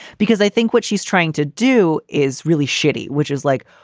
because i think what she's trying to do is really shitty, which is like,